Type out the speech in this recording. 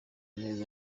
neza